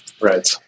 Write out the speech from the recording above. Right